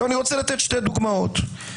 אני רוצה לומר לתת שתי דוגמאות קונקרטיות.